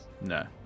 no